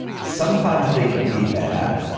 sometimes they can be bad.